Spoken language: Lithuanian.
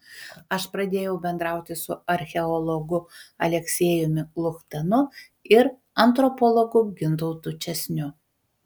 aš pradėjau bendrauti su archeologu aleksejumi luchtanu ir antropologu gintautu česniu